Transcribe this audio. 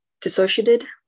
dissociated